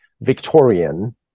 Victorian